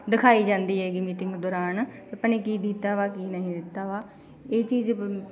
ਦਿਖਾਈ ਜਾਂਦੀ ਹੈਗੀ ਮੀਟਿੰਗ ਦੌਰਾਨ ਕਿ ਆਪਾਂ ਨੇ ਕੀ ਦਿੱਤਾ ਵਾ ਕੀ ਨਹੀਂ ਦਿੱਤਾ ਵਾ ਇਹ ਚੀਜ਼ ਵ